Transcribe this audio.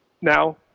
now